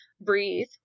breathe